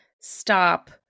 stop